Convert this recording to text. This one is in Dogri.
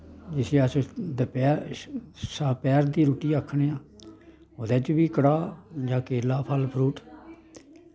जिस्सी अस दपैह्र सपैर दी रुट्टी आखने आं ओह्दे च बी कड़ाह् जां केला फल्ल फ्रूट